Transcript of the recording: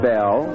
Bell